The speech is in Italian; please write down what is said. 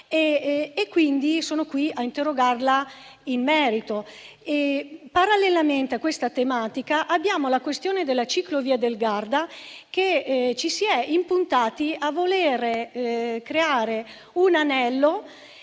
Quindi sono qui a interrogarla in merito. Parallelamente a questa tematica abbiamo la questione della ciclovia del Garda, dove ci si è impuntati a voler creare un anello